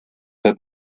pas